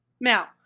now